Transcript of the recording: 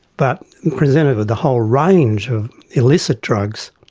but presented with a whole range of illicit drugs,